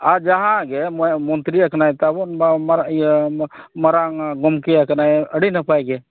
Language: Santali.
ᱟᱨ ᱡᱟᱦᱟᱸᱜᱮ ᱢᱚᱱᱛᱨᱤᱭ ᱟᱠᱟᱱᱟ ᱛᱟᱵᱚᱱ ᱤᱭᱟᱹ ᱢᱟᱨᱟᱝ ᱜᱚᱝᱠᱮᱭ ᱟᱠᱟᱱᱟᱭ ᱟᱹᱰᱤ ᱱᱟᱯᱟᱭ ᱜᱮ